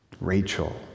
Rachel